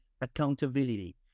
accountability